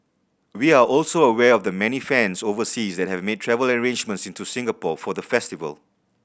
we are also aware of the many fans overseas that have made travel arrangements into Singapore for the festival